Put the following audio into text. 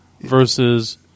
Versus